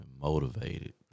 motivated